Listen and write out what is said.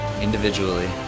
individually